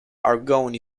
argonne